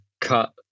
cut